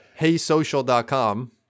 HeySocial.com